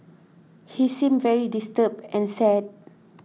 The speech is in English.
he seemed very disturbed and sad